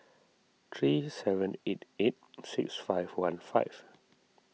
three seven eight eight six five one five